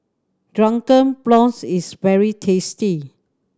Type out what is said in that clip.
Drunken Prawns is very tasty